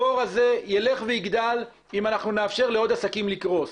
הבור הזה ילך ויגדל אם אנחנו נאפשר לעוד עסקים לקרוס.